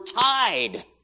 tied